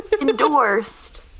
Endorsed